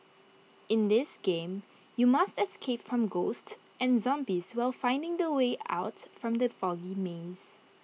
in this game you must escape from ghosts and zombies while finding the way out from the foggy maze